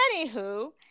Anywho